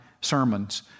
sermons